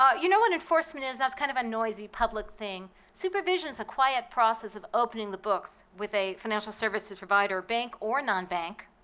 um you know what enforcement is. that's kind of a noisy public thing. supervision is a quiet process of opening the books with a financial services provider bank or non-bank,